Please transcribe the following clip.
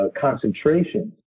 concentrations